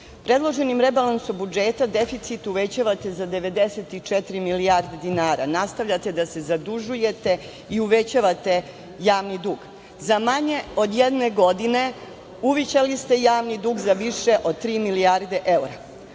politikom. Predloženim rebalansom budžeta deficit uvećavate za 94 milijarde dinara, nastavljate da se zadužujete i uvećavate javni dug. Za manje od jedne godine uvećali ste javni dug za više od tri milijarde evra.